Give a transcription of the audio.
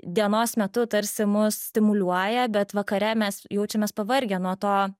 dienos metu tarsi mus stimuliuoja bet vakare mes jaučiamės pavargę nuo to